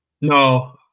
No